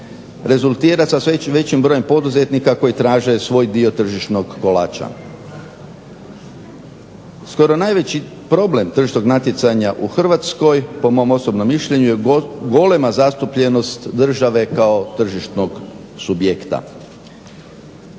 rezultira sa sve većim brojem poduzetnika koji traže svoj dio tržišnog kolača. Skoro najveći problem tržišnog natjecanja u Hrvatskoj po mom osobnom mišljenju je golema zastupljenost države kao tržišnog subjekta.